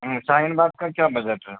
ہوں شاہین باغ کا کیا بجٹ ہے